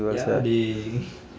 ya dey